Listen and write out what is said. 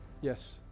yes